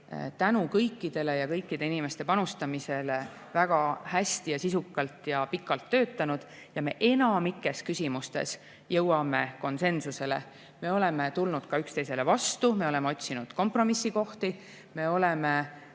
tänu kõikide inimeste panustamisele väga hästi ja sisukalt ja pikalt töötanud. Ja enamikus küsimustes me jõuame konsensusele. Me oleme tulnud ka üksteisele vastu, me oleme otsinud kompromissikohti, me oleme